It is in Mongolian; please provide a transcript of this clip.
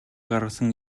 гаргасан